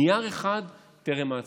נייר אחד, טרם ההצבעה.